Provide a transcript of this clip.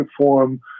form